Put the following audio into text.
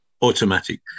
automatic